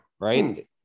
right